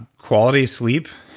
quality sleep,